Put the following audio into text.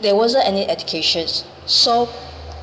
there wasn't any educations so